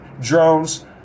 drones